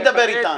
ידבר אתנו.